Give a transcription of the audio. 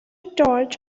torch